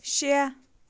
شےٚ